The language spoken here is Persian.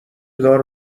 دار